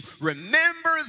remember